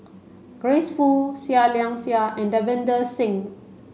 Grace Fu Seah Liang Seah and Davinder Singh